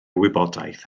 wybodaeth